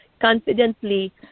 confidently